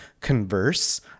converse